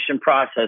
process